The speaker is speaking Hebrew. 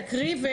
תקריא.